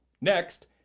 Next